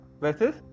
versus